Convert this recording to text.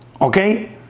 okay